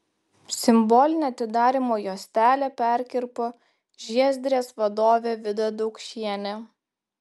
simbolinę atidarymo juostelę perkirpo žiezdrės vadovė vida daukšienė